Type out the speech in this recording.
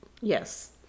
yes